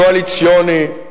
קואליציוני,